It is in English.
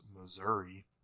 Missouri